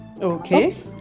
okay